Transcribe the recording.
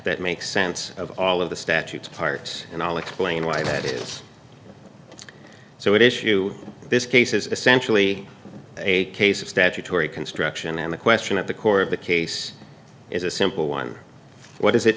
that makes sense of all of the statutes parts and i'll explain why that is so what issue this case is essentially a case of statutory construction and the question at the core of the case is a simple one what does it